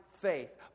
faith